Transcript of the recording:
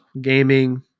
gaming